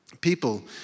people